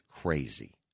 crazy